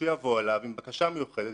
שהוא יבוא אליו עם בקשה מיוחדת,